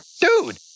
Dude